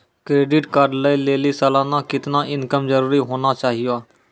Credit card लय लेली सालाना कितना इनकम जरूरी होना चहियों?